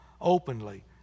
Openly